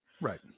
Right